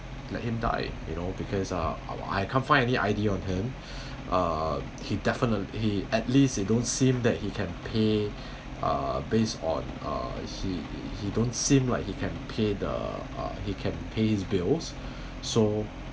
let him die you know because uh I can't find any I_D on him uh he definite he at least they don't seem that he can pay uh based on uh he he don't seem like he can pay the uh he can pays bills so